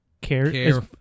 care